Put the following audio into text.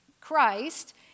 Christ